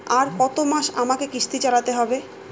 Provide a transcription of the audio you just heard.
আর কতমাস আমাকে কিস্তি চালাতে হবে?